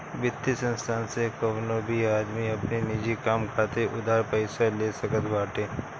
वित्तीय संस्थान से कवनो भी आदमी अपनी निजी काम खातिर उधार पईसा ले सकत बाटे